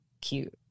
cute